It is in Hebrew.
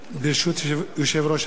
ברשות יושב-ראש הכנסת,